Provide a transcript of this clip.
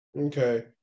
Okay